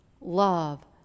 Love